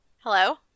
Hello